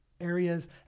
areas